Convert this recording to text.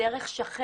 החוקרים שם,